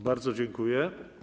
Bardzo dziękuję.